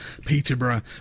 Peterborough